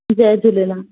Jay Jhulelal